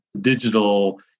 digital